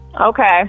Okay